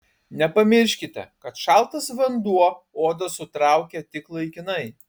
nepamirškite kad šaltas vanduo odą sutraukia tik laikinai